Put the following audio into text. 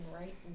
right